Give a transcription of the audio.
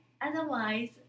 otherwise